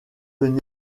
venir